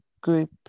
group